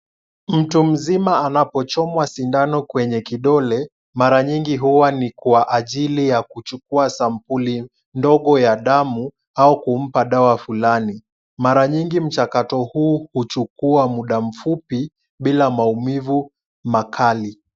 Mtu mzima anapochomwa sindano kwenye kidole, mara nyingi huwa ni kwa ajili ya kuchukua sampuli ndogo ya damu au kumpa dawa fulani, mara nyingi mchakato huu huchukua muda mfupi bila maumivu makali.